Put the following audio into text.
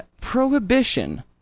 Prohibition